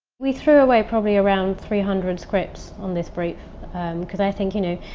we threw away probably around three hundred scripts on this brief because i think, you know.